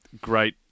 great